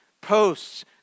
posts